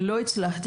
ולא הצלחתי,